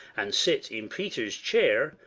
and sit in peter's chair,